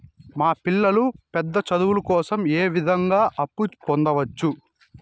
మా పిల్లలు పెద్ద చదువులు కోసం ఏ విధంగా అప్పు పొందొచ్చు?